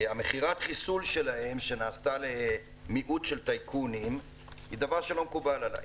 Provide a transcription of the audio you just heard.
מכירת החיסול שלהם שנעשתה למיעוט של טייקונים היא דבר שלא מקובל עלי,